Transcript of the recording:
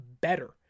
better